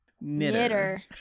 knitter